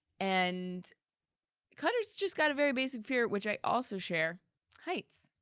and cutter's just got a very basic fear, which i also share heights.